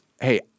hey –